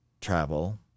travel